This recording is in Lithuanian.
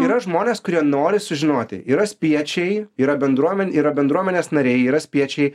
yra žmonės kurie nori sužinoti yra spiečiai yra bendruomen yra bendruomenės nariai yra spiečiai